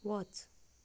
वच